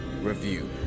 Review